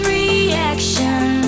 reaction